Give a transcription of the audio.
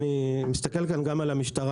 ואני מסתכל כאן גם על המשטרה,